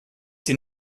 die